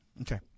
Okay